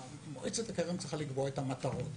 שמועצת הקרן צריכה לקבוע את המטרות.